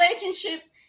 relationships